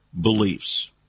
beliefs